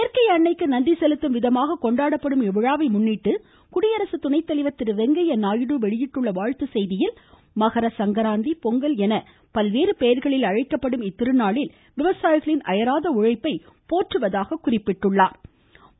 இயற்கை அன்னைக்கு நன்றி செலுத்தும் விதமாக கொண்டாடப்படும் இவ்விழாவை முன்னிட்டு குடியரசு துணைத்தலைவர் திரு வெங்கையா நாயுடு வெளியிட்டுள்ள வாழ்த்துச் செய்தியில் மகர சங்கராந்தி பொங்கல் என பல்வேறு பெயர்களில் அழைக்கப்படும் இத்திருநாளில் விவசாயிகளின் அயராத உழைப்பை போற்றுவதாக தெரிவித்துள்ளார்